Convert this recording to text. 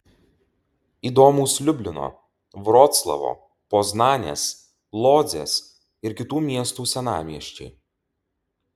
įdomūs liublino vroclavo poznanės lodzės ir kitų miestų senamiesčiai